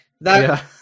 That-